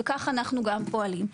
וכך אנחנו גם פועלים.